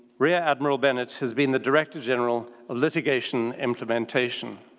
rear admiral bennett has been the director general of litigation implementation.